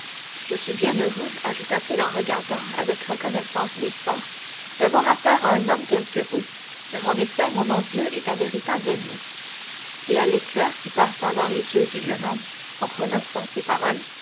je suis bien heureux ajouta-t-il en regardant avec reconnaissance villefort d'avoir affaire à un homme tel que vous car en effet mon envieux est un véritable ennemi et à l'éclair qui passa dans les yeux du jeune homme en prononçant ces paroles